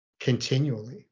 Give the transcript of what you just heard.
continually